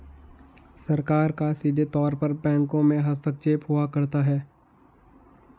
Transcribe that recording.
सरकार का सीधे तौर पर बैंकों में हस्तक्षेप हुआ करता है